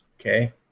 Okay